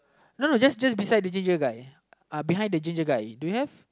no no just just beside the ginger guy uh behind the ginger guy do you have